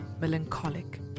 melancholic